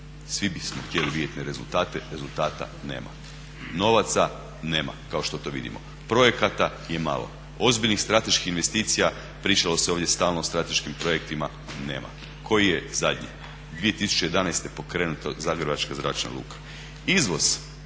Svi bismo htjeli vidjeti te rezultate, rezultata nema. Novaca nema kao što to vidimo. Projekata je malo. Ozbiljnih strateških investicija pričalo se ovdje stalno o strateškim projektima nema. Koji je zadnji? 2011. pokrenuta Zagrebačka zračna luka? Izvoz?